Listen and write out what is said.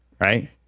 right